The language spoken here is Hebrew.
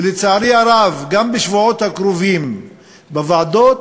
ולצערי הרב, גם בשבועות הקרובים בוועדות,